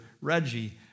Reggie